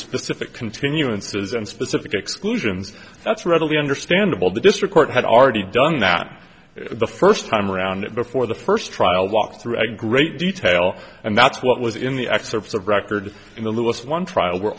specific continuances and specific exclusions that's readily understandable the district court had already done that the first time around it before the first trial walked through a great detail and that's what was in the excerpts of record in the littlest ones trial were